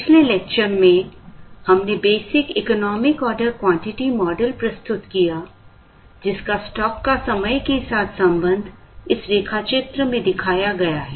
पिछले लेक्चर में हमने basic economic order quantity model प्रस्तुत किया जिसका स्टॉक का समय के साथ संबंध इस रेखा चित्र में दिखाया गया है